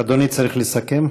אדוני צריך לסכם.